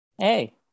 hey